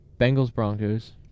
Bengals-Broncos